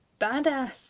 badass